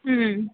ಹ್ಞೂ